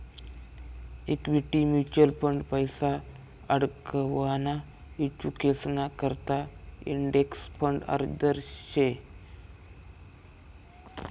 equity mutual फंडमा पैसा आडकवाना इच्छुकेसना करता इंडेक्स फंड आदर्श शे